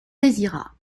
désirat